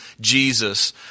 Jesus